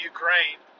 Ukraine